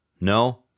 No